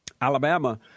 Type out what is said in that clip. Alabama